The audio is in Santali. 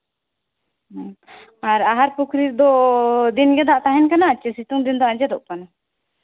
ᱟᱨ ᱟᱦᱟᱨ ᱯᱩᱠᱷᱨᱤ ᱫᱚ ᱫᱤᱱ ᱜᱮ ᱫᱟᱜ ᱛᱟᱦᱮᱱ ᱠᱟᱱᱟ ᱥᱮ ᱥᱤᱛᱩᱝ ᱫᱤᱱ ᱫᱚ ᱟᱸᱡᱮᱫᱚᱜ ᱠᱟᱱᱟ